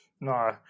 No